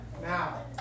now